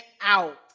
out